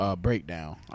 breakdown